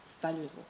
valuable